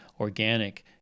organic